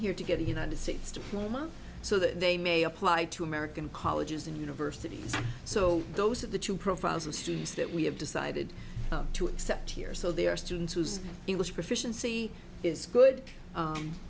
here to get the united states diploma so that they may apply to american colleges and universities so those are the two profiles of students that we have decided to accept here so they are students whose english proficiency is good